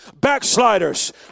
backsliders